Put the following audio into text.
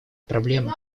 проблемы